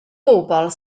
bobl